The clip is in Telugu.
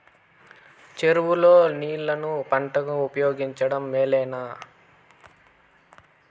చెరువు లో నీళ్లు పంటలకు ఉపయోగించడం మేలేనా?